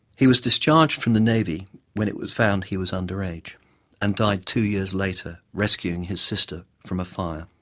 he was discharged from the navy when it was found he was under age and died two years later rescuing his sister from a fire.